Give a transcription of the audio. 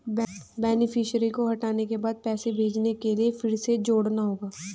beneficiary को हटाने के बाद पैसे भेजने के लिए फिर से जोड़ना होगा